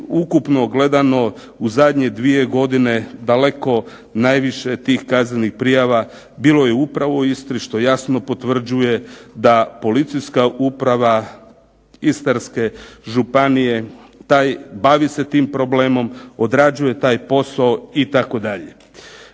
ukupno gledano u zadnje dvije godine daleko najviše tih kaznenih prijava bilo je upravo u Istri, što jasno potvrđuje da Policijska uprava Istarske županije bavi se tim problemom, odrađuje taj posao, itd.